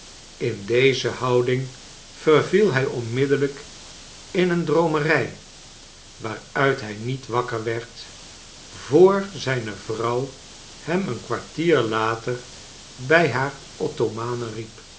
in deze houding verviel hij onmiddellrjk in een droomerij waaruit hij niet wakker werd voor zijne vrouw hem een kwartier later bij haar